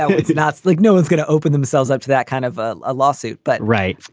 it's not like no one's going to open themselves up to that kind of a ah lawsuit. but. right.